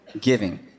giving